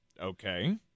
Okay